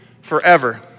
forever